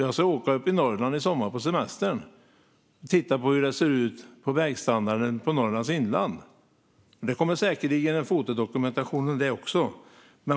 Jag ska åka uppe i Norrland i sommar på semestern och titta på hur det ser ut med vägstandarden i Norrlands inland. Det kommer säkerligen en fotodokumentation om det också.